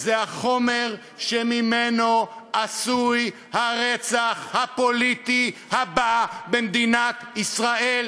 זה החומר שממנו עשוי הרצח הפוליטי הבא במדינת ישראל,